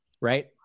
right